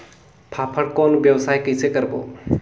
फाफण कौन व्यवसाय कइसे करबो?